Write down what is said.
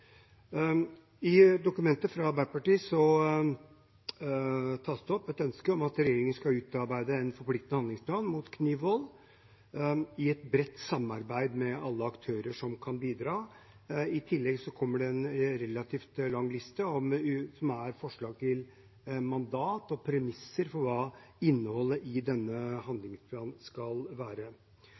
I dokumentet fra Arbeiderpartiet tas det opp et ønske om at regjeringen skal utarbeide en forpliktende handlingsplan mot knivvold i et bredt samarbeid med alle aktører som kan bidra. I tillegg kommer det en relativt lang liste med forslag til mandat og premisser for hva innholdet i denne handlingsplanen skal være.